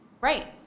Right